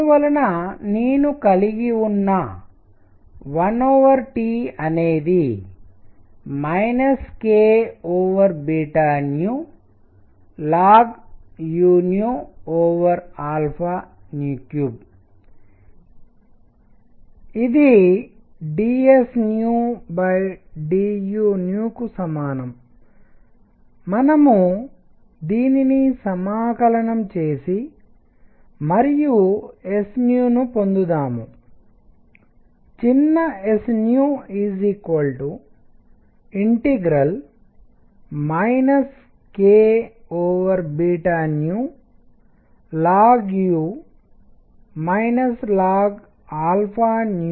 అందువలన నేను కలిగి ఉన్న1T అనేది klnu3 ఇది ∂s∂uకు సమానం మనము దీనిని సమాకలనం చేసి మరియు sను పొందుదాము చిన్నs klnu ln3 du